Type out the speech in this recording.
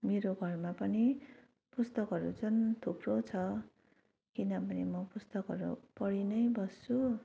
मेरो घरमा पनि पुस्तकहरू चाहिँ थुप्रो छ किनभने म पुस्तकहरू पढि नै बस्छु